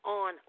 on